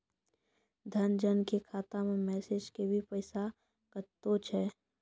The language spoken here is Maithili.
जन धन के खाता मैं मैसेज के भी पैसा कतो छ?